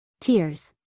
Tears